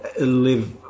live